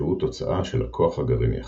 שהוא תוצאה של הכוח הגרעיני החזק.